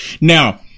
Now